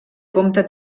compta